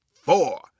four